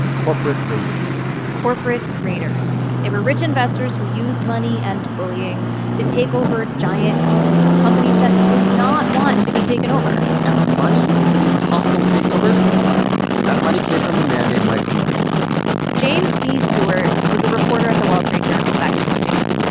corporate raiders corporate raiders they were rich investors who used money and bullying to take over giant companies companies that did not want to be taken over and the money for these hostile takeovers that money came from a man named michael milken james b. stewart was a reporter at the wall street journal back in those days.